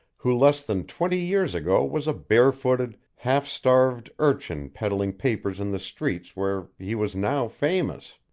who less than twenty years ago was a barefooted, half-starved urchin peddling papers in the streets where he was now famous!